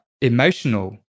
emotional